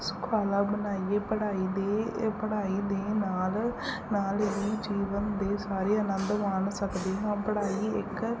ਸੁਖਾਲਾ ਬਣਾਈਏ ਪੜ੍ਹਾਈ ਦੇ ਇਹ ਪੜ੍ਹਾਈ ਦੇ ਨਾਲ ਨਾਲ ਹੀ ਜੀਵਨ ਦੇ ਸਾਰੇ ਆਨੰਦ ਮਾਣ ਸਕਦੇ ਹਾਂ ਪੜ੍ਹਾਈ ਇੱਕ